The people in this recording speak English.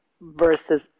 versus